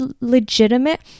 legitimate